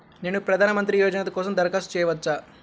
నేను ప్రధాన మంత్రి యోజన కోసం దరఖాస్తు చేయవచ్చా?